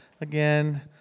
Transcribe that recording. again